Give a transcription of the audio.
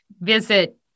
visit